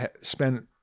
spend